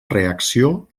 reacció